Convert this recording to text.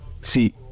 see